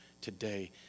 today